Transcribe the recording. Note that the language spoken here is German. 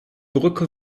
brücke